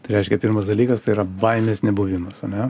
tai reiškia pirmas dalykas tai yra baimės nebuvimas ane